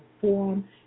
Forum